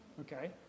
Okay